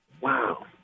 Wow